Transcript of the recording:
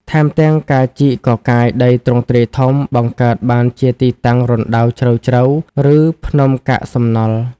ថែមទាំងការជីកកកាយដីទ្រង់ទ្រាយធំ បង្កើតបានជាទីតាំងរណ្ដៅជ្រៅៗ ឬភ្នំកាកសំណល់ ។